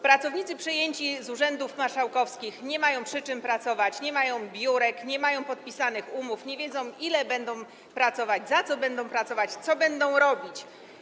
Pracownicy przejęci z urzędów marszałkowskich nie mają przy czym pracować, nie mają biurek, nie mają podpisanych umów, nie wiedzą, ile będą pracować, za co będą pracować, co będą robić.